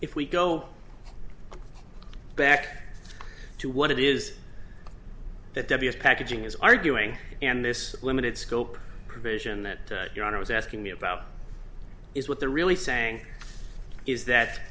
if we go back to what it is that the packaging is arguing and this limited scope provision that your honor was asking me about is what they're really saying is that